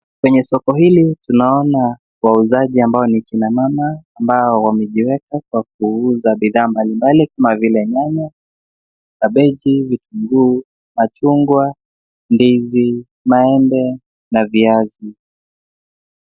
Kwenye soko hili tunaona wauzaji ambao ni kina mama, ambao wamejiweka kwa kuuza bidhaa mbali mbali kama vile: nyanya, kabeji, vitunguu, machungwa, ndizi, maembe na viazi.